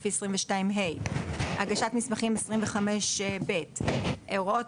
לפי 22(ה); הגשת מסמכים לפי 25(ב); הוראות